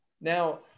Now